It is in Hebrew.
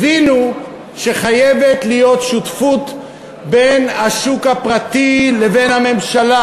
הבינו שחייבת להיות שותפות בין השוק הפרטי לבין הממשלה.